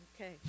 Okay